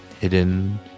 hidden